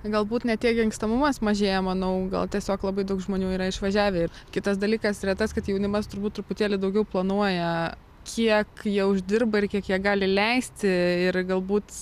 galbūt ne tiek gimstamumas mažėja manau gal tiesiog labai daug žmonių yra išvažiavę ir kitas dalykas yra tas kad jaunimas turbūt truputėlį daugiau planuoja kiek jie uždirba ir kiek jie gali leisti ir galbūt